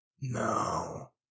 No